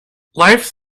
lifes